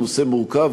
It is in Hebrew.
הוא נושא מורכב,